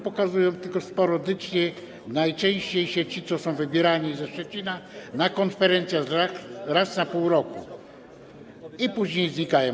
Pokazują się tylko sporadycznie najczęściej ci, którzy są wybierani ze Szczecina, na konferencjach raz na pół roku i później znikają.